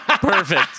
Perfect